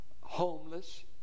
homeless